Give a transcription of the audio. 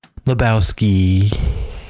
Lebowski